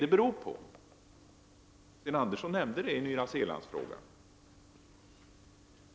Sten Andersson nämnde denna orsak när det gällde Nya Zeeland-frågan.